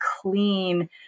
clean